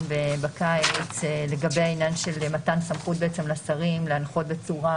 בקיץ לגבי העניין של מתן סמכות בעצם לשרים להנחות בצורה